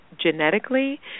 genetically